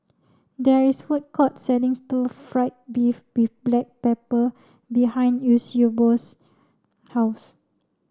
there is a food court selling stir fried beef with black pepper behind Eusebio's house